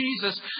Jesus